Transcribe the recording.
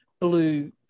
blue